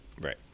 Right